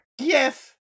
Yes